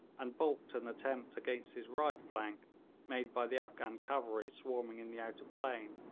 and baulked an attempt against his right flank made by the afghan cavalry swarming in the outer plain